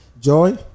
Joy